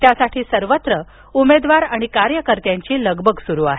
त्यासाठी सर्वत्र उमेदवार आणि कार्यकर्त्यांची लगबग सुरु आहे